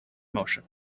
motion